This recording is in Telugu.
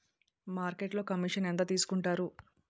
మార్కెట్లో కమిషన్ ఎంత తీసుకొంటారు?